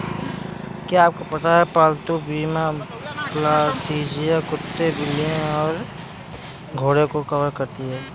क्या आपको पता है पालतू बीमा पॉलिसियां कुत्तों, बिल्लियों और घोड़ों को कवर करती हैं?